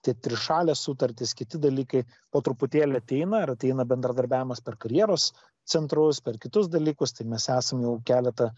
tie trišalės sutartys kiti dalykai po truputėlį ateina ir ateina bendradarbiavimas per karjeros centrus per kitus dalykus tai mes esam jau keletą